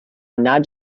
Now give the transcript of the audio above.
nad